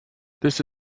this